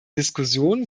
diskussion